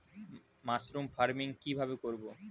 Mushroom farming কি ভাবে করব?